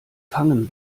fangen